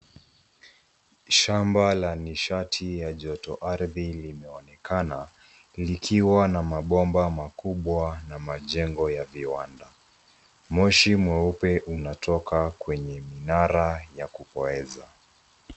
Shamba la nishati ya joto ardhi limeonekana, likiwa na mabomba makubwa na majengo ya viwanda. Moshi mweupe unatoka kwenye minara ya kupoeza.